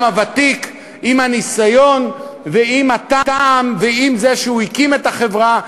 הוותיק עם הניסיון ועם הטעם ועם זה שהוא הקים את החברה,